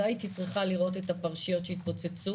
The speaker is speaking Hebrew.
לא הייתי צריכה לראות את הפרשיות שהתפוצצו,